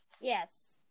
yes